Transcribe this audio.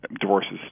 Divorces